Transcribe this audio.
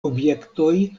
objektoj